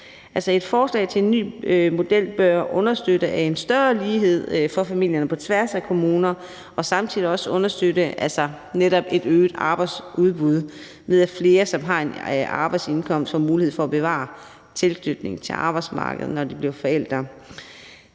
Et forslag til en ny model bør understøtte en større lighed for familierne på tværs af kommuner og samtidig også understøtte netop et øget arbejdsudbud, ved at flere, som har en arbejdsindkomst, får mulighed for at bevare tilknytningen til arbejdsmarkedet, når de bliver forældre.